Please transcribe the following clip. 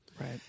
right